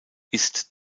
ist